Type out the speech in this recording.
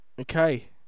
okay